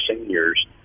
seniors